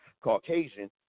Caucasian